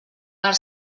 per